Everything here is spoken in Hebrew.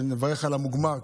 כשנברך על המוגמר,